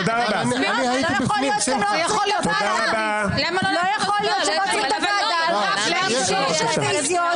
לא יכול להיות שלא עוצרים את הוועדה כשיש 60 רוויזיות